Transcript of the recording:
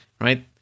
right